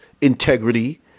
integrity